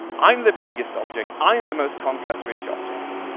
i'm the biggest object. i'm the most contrast-rich yeah object.